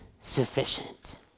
sufficient